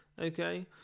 okay